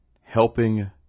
helping